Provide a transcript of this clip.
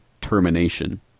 termination